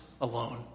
alone